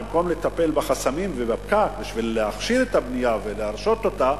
במקום לטפל בחסמים ובפקק בשביל להכשיר את הבנייה ולהרשות אותה,